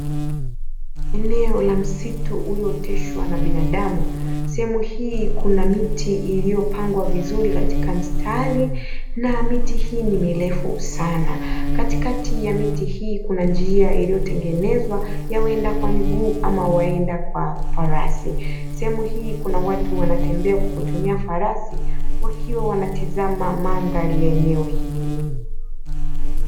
Eneo la msitu uliooteshwa na binadamu. Sehemu hii kuna miti iliyopangwa kwa mstari na miti hiyo ni mirefu sana. Katikati ya miti hii kuna njia iliyotengenezwa ya waenda kwa miguu ama waenda kwa farasi. Sehemu hii kuna watu wanatembea kwa kutumia farasi wakiwa wanatizama mandhari ya eneo hili.